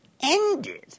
ended